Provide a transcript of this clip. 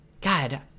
God